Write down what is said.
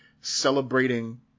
celebrating